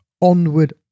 onward